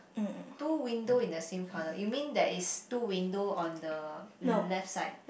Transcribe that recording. two window in the same color you mean there is two window on the left side